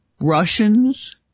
Russians